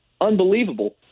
Unbelievable